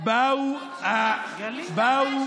אינו נוכח מאיר יצחק הלוי,